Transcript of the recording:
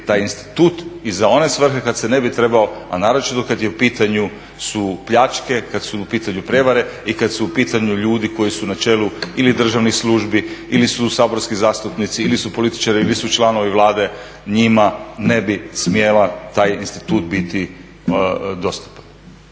i za one svrhe kad se ne bi trebao, a naročito kad su u pitanju pljačke, kad su u pitanju prevare i kad su u pitanju ljudi koji su na čelu ili državnih službi ili su saborski zastupnici ili su političari ili su članovi Vlade. Njima ne bi smjela taj institut biti dostupan.